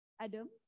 Adam